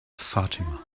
fatima